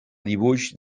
dibuix